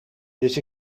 dus